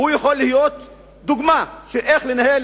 יכול להיות דוגמה איך לנהל